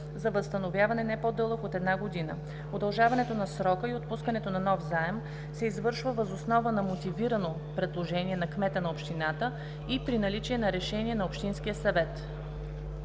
за възстановяване не по-дълъг от една година. Удължаването на срока и отпускането на нов заем се извършва въз основа на мотивирано предложение на кмета на общината и при наличие на решение на общинския съвет.“